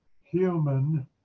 human